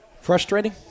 Frustrating